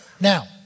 Now